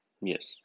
Yes